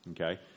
okay